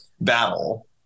battle